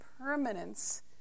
permanence